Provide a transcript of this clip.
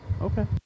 Okay